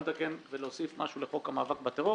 באנו לתקן ולהוסיף משהו לחוק המאבק בטרור,